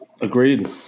agreed